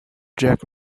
jack